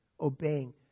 obeying